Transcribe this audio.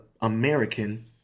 American